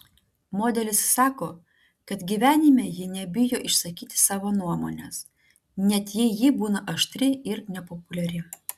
modelis sako kad gyvenime ji nebijo išsakyti savo nuomonės net jei ji būna aštri ir nepopuliari